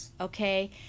okay